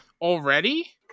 Already